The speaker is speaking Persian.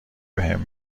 بهم